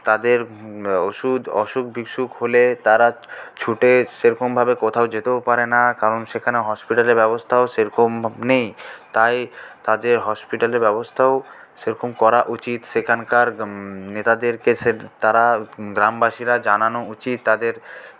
তাদের ওষুধ অসুখ বিসুখ হলে তারা ছুটে সেরকমভাবে কোথাও যেতেও পারে না কারণ সেখানে হসপিটালের ব্যবস্থাও সেরকম নেই তাই তাদের হসপিটালের ব্যবস্থাও সেরকম করা উচিত সেখানকার নেতাদেরকে সে তারা গ্রামবাসীরা জানানো উচিত তাদের